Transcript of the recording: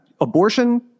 abortion